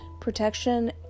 protection